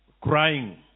crying